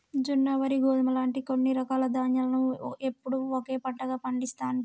జొన్న, వరి, గోధుమ లాంటి కొన్ని రకాల ధాన్యాలను ఎప్పుడూ ఒకే పంటగా పండిస్తాండ్రు